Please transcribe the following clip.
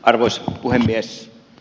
arvoisa puhemies